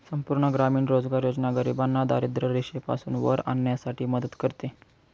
संपूर्ण ग्रामीण रोजगार योजना गरिबांना दारिद्ररेषेपासून वर आणण्यासाठी मदत करते